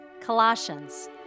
Colossians